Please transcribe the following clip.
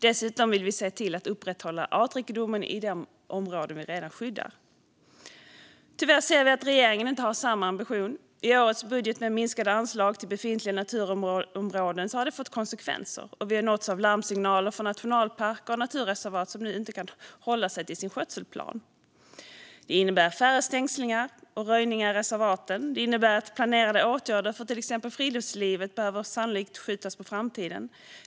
Dessutom vill vi se till att upprätthålla artrikedomen i de områden vi redan skyddar. Tyvärr ser vi att regeringen inte har samma ambition. Årets budget med minskade anslag till befintliga naturområden har fått konsekvenser, och vi har nåtts av larmsignaler från nationalparker och naturreservat som nu inte kan hålla sig till sin skötselplan. Det innebär färre stängslingar och röjningar i reservaten och att planerade åtgärder för till exempel friluftslivet sannolikt behöver skjutas på framtiden.